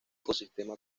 ecosistema